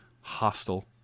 hostile